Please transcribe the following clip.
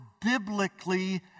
biblically